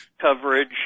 coverage